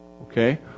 okay